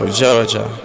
Georgia